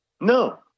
No